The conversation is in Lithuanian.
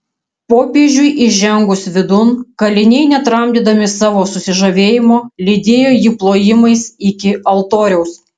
popiežiui įžengus vidun kaliniai netramdydami savo susižavėjimo lydėjo jį plojimais iki altoriaus